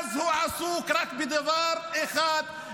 ומאז הוא עסוק רק בדבר אחד,